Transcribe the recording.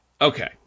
okay